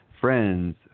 friends